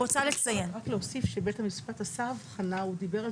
רק להוסיף שבית המשפט עשה הבחנה, הוא דיבר על